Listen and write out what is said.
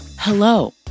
Hello